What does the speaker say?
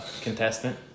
contestant